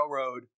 Railroad